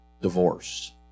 divorce